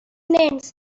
nens